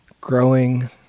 growing